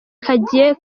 kagiye